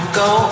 go